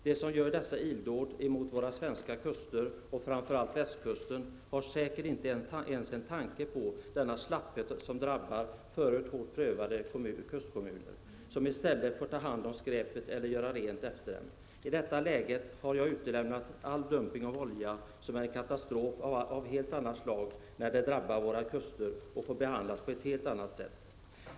De som utför dessa illdåd mot våra svenska kuster och framför allt västkusten har säkert inte ens en tanke på att denna slapphet drabbar förut hårt prövade kustkommuner, som får ta hand om skräpet eller göra rent efter dem. I detta sammanhang har jag utelämnat all dumpning av olja, som är en katastrof av helt annat slag när det drabbar våra kuster och som får behandlas på ett helt annat sätt.